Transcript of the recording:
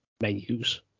menus